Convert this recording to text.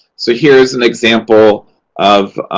so, here's an example of.